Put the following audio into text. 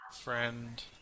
friend